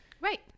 right